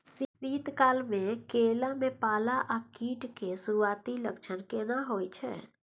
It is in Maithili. शीत काल में केला में पाला आ कीट के सुरूआती लक्षण केना हौय छै?